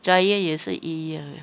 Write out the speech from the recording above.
Giant 也是一样 eh